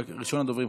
ראשון הדוברים,